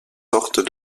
fortes